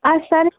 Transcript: और सर